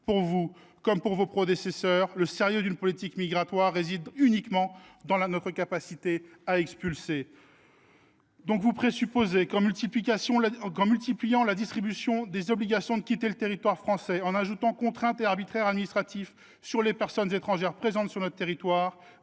Pour vous, comme pour vos prédécesseurs, le sérieux d’une politique migratoire réside uniquement dans notre capacité à expulser. Vous présupposez donc qu’en multipliant la distribution des obligations de quitter le territoire français, en faisant peser de nouvelles contraintes et l’arbitraire administratif sur les personnes étrangères présentes sur notre territoire,